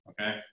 Okay